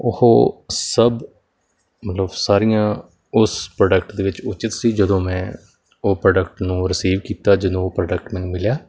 ਉਹ ਸਭ ਮਤਲਬ ਸਾਰੀਆਂ ਉਸ ਪ੍ਰੋਡਕਟ ਦੇ ਵਿੱਚ ਉਚਿਤ ਸੀ ਜਦੋਂ ਮੈਂ ਉਹ ਪ੍ਰੋਡਕਟ ਨੂੰ ਰਿਸੀਵ ਕੀਤਾ ਜਦੋਂ ਉਹ ਪ੍ਰੋਡਕਟ ਮੈਨੂੰ ਮਿਲਿਆ